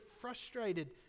frustrated